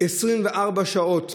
24 שעות,